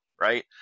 Right